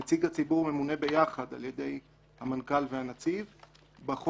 נציג הציבור ממונה ביחד על ידי המנכ"ל והנציב בחוק.